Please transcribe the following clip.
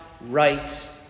right